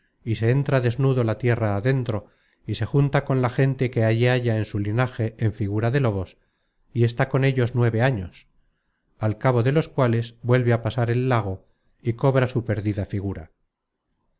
y se entra desnudo la tierra adentro y se junta con la gente que allí halla de su linaje en figura de lobos y está con ellos nueve años al cabo de los cuales vuelve a pasar el lago y cobra su perdida figura